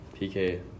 PK